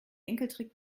enkeltrick